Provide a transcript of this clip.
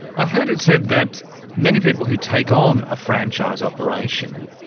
i've heard it said that many people who take on a franchise operation,